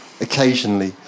Occasionally